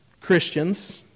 Christians